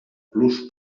plus